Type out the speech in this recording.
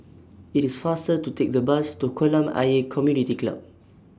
IT IS faster to Take The Bus to Kolam Ayer Community Club